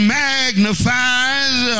magnifies